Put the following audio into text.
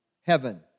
Heaven